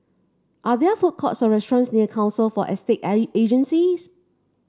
are there food courts or restaurants near Council for Estate Agencies